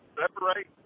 separate